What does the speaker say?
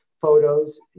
photos